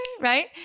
right